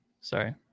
sorry